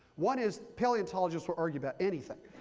one is, paleontologists will argue about anything.